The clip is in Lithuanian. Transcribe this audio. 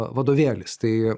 vadovėlis tai